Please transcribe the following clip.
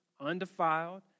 undefiled